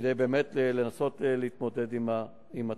כדי באמת לנסות להתמודד עם התופעה.